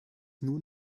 nun